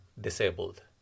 disabled